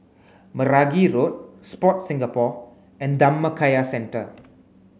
Meragi Road Sport Singapore and Dhammakaya Centre